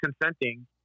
consenting